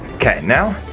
okay now,